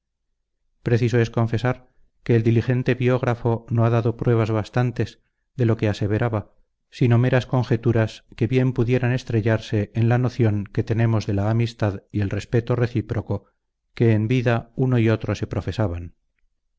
preciso es confesar que el diligente biógrafo no ha dado pruebas bastantes de lo que aseveraba sino meras conjeturas que bien pudieran estrellarse en la noción que tenemos de la amistad y el respeto recíproco que envida uno y otro se profesaban